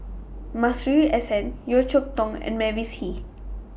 Masuri S N Yeo Cheow Tong and Mavis Hee